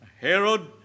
Herod